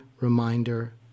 reminder